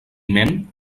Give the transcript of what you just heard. ment